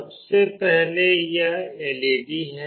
सबसे पहले यह एलईडी है